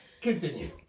Continue